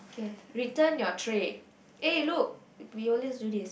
k return your tray eh look we always do this